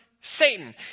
Satan